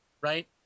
right